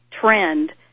trend